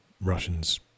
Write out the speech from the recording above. Russians